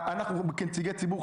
כנציגי ציבור,